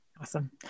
Awesome